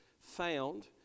found